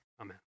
Amen